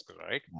right